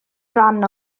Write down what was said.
rhan